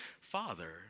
Father